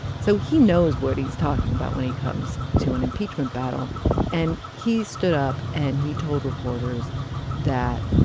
so he knows what he's talking about when he comes to an impeachment battle and he stood up and he told reporters that.